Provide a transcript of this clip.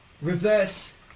reverse